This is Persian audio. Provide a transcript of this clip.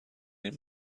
این